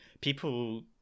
people